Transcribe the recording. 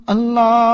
Allah